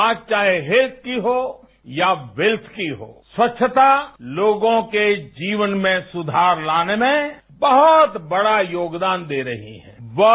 बात चाहे ीमंसजी की हो या मंसजी की होए सवचछता लोगों के जीवन में संधार लाने में बहत बड़ा योगदान दे रही हा